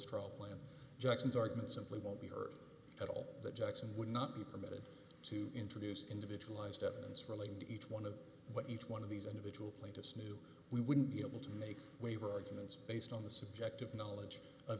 tro plan jackson's argument simply won't be heard at all that jackson would not be permitted to introduce individualized evidence relating to each one of what each one of these individual plaintiffs knew we wouldn't be able to make waiver arguments based on the subject of knowledge of